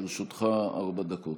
לרשותך ארבע דקות.